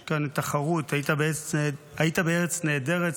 יש כאן תחרות: היית בארץ נהדרת,